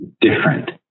different